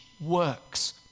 works